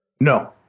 No